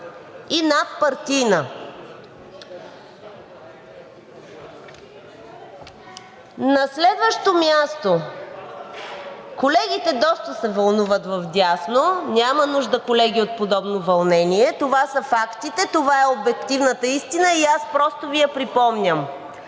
и Радомир Чолаков.) На следващо място… Колегите доста се вълнуват вдясно. Няма нужда, колеги, от подобно вълнение. Това са фактите. Това е обективната истина и просто Ви я припомням.